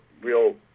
real